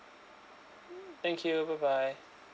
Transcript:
mm thank you bye bye